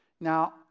Now